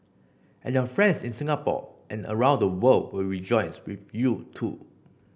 and your friends in Singapore and around the world will rejoice with you too